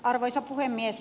arvoisa puhemies